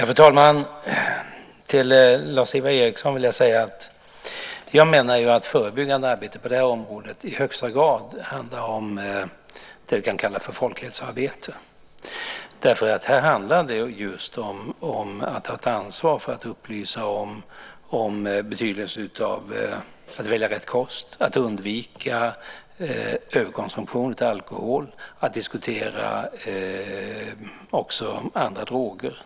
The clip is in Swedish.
Fru talman! Till Lars-Ivar Ericson vill jag säga att jag menar att det förebyggande arbetet på det här området i högsta grad handlar om vad vi kan kalla för folkhälsoarbete. Här handlar det just om att ta ett ansvar för att upplysa om betydelsen av att välja rätt kost, att undvika överkonsumtion av alkohol och naturligtvis också av andra droger.